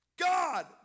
God